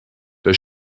der